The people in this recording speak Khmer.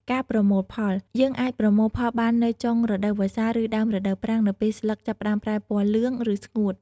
ការប្រមូលផល យើយអាចប្រមូលផលបាននៅចុងរដូវវស្សា ឬដើមរដូវប្រាំងនៅពេលស្លឹកចាប់ផ្តើមប្រែពណ៌លឿង ឬស្ងួត។